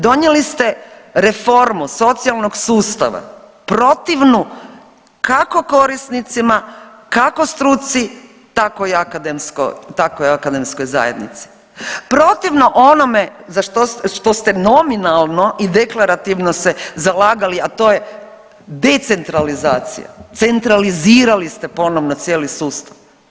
Donijeli ste reformu socijalnog sustava protivnu kako korisnicima, kako struci, tako i akademskoj zajednici, protivno onome što ste nominalno i deklarativno se zalagali, a to je decentralizacija, centralizirali ste ponovno cijeli sustav.